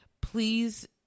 Please